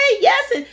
yes